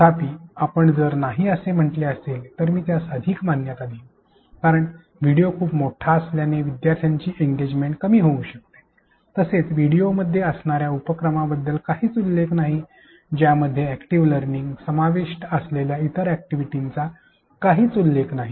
तथापि आपण जर नाही असे म्हटले असेल तर मी त्यास अधिक मान्यता देईन कारण व्हिडिओ खूप मोठा असल्याने विद्यार्थ्यांची एंगेजमेंट कमी होऊ शकते तसेच व्हिडिओमध्ये असणाऱ्या उपक्रमांबद्दल काहीच उल्लेख नाही ज्यामध्ये अॅक्टिव लर्निंग समाविष्ट असलेल्या इतर अॅक्टिव्हिटींचा काहीच उल्लेख नाही